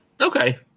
Okay